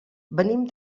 venim